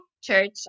church